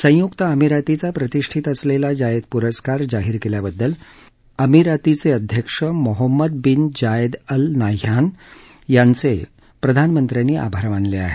संयुक्त अमिरातीचा प्रतिष्ठीत असलेला जायेद पुरस्कार जाहीर केल्याबद्दल अमिरातीचे अध्यक्ष Mohamed bin Zayed Al Nahyan यांचे प्रधानमंत्र्यांनी आभार मानले आहेत